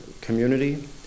community